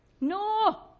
No